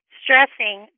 stressing